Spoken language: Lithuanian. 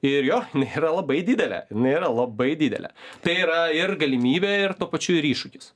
ir jo jinai yra labai didelė jinai yra labai didelė tai yra ir galimybė ir tuo pačiu ir iššūkius